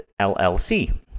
LLC